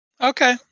okay